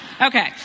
Okay